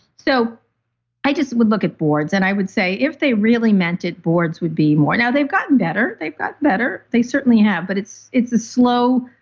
so i just would look at boards and i would say if they really meant it boards would be more. now, they've gotten better. they've got better. they certainly have, but it's it's a slow,